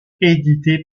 édité